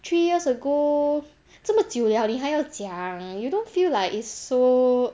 three years ago 这么久了你还要讲 you don't feel like it's so